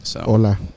Hola